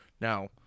Now